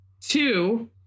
Two